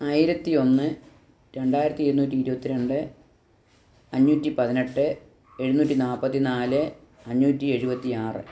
ആയിരത്തി ഒന്ന് രണ്ടായിരത്തി എണ്ണൂറ്റി ഇരുപത്തിരണ്ട് അഞ്ഞൂറ്റി പതിനെട്ട് എഴുനൂറ്റി നാൽപത്തി നാല് അഞ്ഞൂറ്റി എഴുപത്തി ആറ്